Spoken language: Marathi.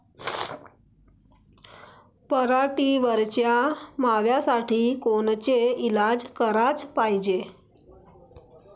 पराटीवरच्या माव्यासाठी कोनचे इलाज कराच पायजे?